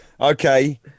Okay